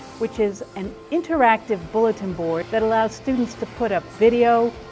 which is an interactive bulletin board, that allows students to put up video,